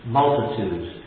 multitudes